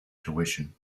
tuition